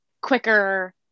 quicker